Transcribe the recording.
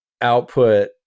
output